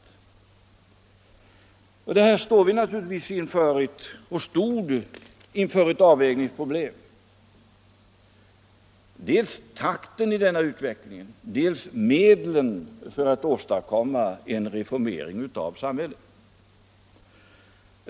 Här stod vi naturligtvis inför ett avvägningsproblem: dels takten i denna utveckling, dels medlen att åstadkomma en reformering av samhället.